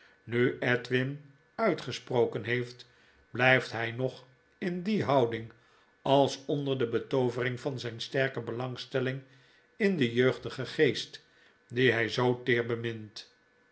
nu edwin uitgesproken heeft blijft hij nog in die houding als onder de betoovering van zpe sterke belangstellingindenjeugdigengeest dien hi zoo teer